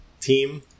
team